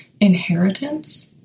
inheritance